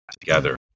together